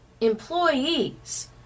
employees